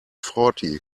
forty